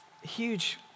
huge